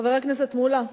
חבר הכנסת מולה,